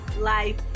life